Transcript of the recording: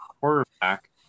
quarterback